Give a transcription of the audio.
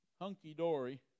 hunky-dory